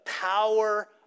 power